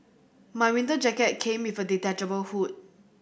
my winter jacket came with a detachable hood